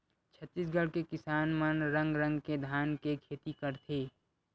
छत्तीसगढ़ के किसान मन रंग रंग के धान के खेती करथे